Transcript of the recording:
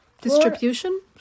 Distribution